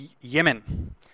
Yemen